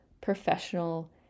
professional